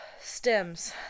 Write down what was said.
stems